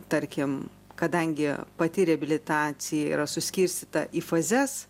tarkim kadangi pati reabilitacija yra suskirstyta į fazes